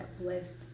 blessed